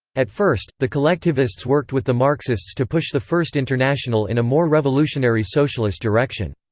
at first, the collectivists worked with the marxists to push the first international in a more revolutionary socialist direction.